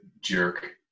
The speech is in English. jerk